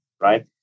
right